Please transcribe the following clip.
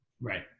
Right